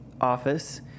office